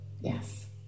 Yes